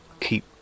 Keep